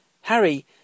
Harry